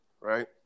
right